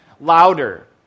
louder